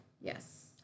Yes